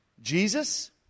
Jesus